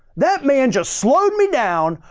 that man just slowed me down.